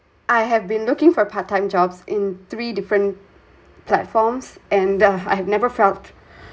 I have been looking for part time jobs in three different platforms and I have never felt